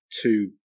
two